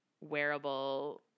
wearable